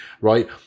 right